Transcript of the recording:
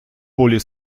поле